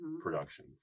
production